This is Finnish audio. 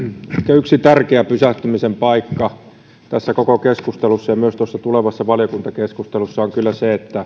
yksi tärkeä pysähtymisen paikka tässä koko keskustelussa ja myös tuossa tulevassa valiokuntakeskustelussa on kyllä se että